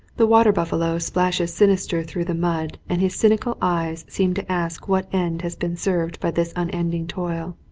the water buffalo splashes sinister through the mud and his cynical eyes seem to ask what end has been served by this unending toil.